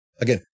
again